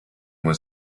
was